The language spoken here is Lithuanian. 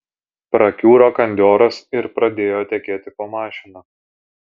prakiuro kandioras ir pradėjo tekėti po mašina